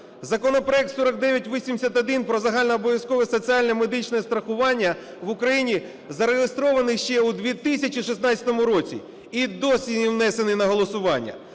Законопроект 4981 про загальнообов'язкове соціальне медичне страхування в Україні зареєстрований ще у 2016 році і досі не внесений на голосування.